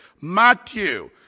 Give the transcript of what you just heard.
Matthew